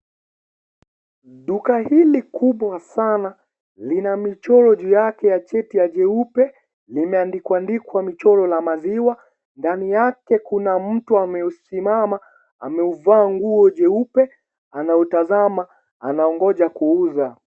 Duka hili kubwa sana, lina michoro juu yake ya cheti ya jeupe limeandikwaandikwa, michoro ya maziwa ndani yake kuna mtu amesimama, ameuvaa nguo jeupe anautazama anangoja kuuza.